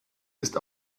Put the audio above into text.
ist